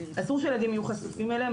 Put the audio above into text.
אסור שילדים יהיו חשופים אליהם.